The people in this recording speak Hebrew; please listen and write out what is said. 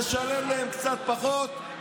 נשלם להם קצת פחות,